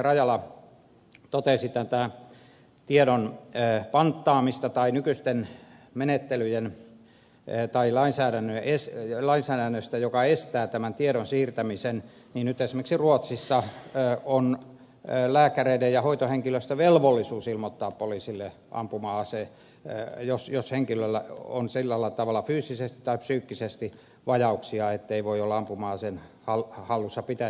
rajala totesi tiedon ei panttaamista tai nykyisten menettelyjen panttaamisesta tai nykyisestä lainsäädännöstä joka estää tämän tiedon siirtämisen niin nyt esimerkiksi ruotsissa on lääkäreiden ja hoitohenkilöstön velvollisuus ilmoittaa poliisille ampuma ase jos henkilöllä on sillä tavalla fyysisesti tai psyykkisesti vajauksia ettei voi olla ampuma aseen hallussapitäjä